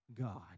God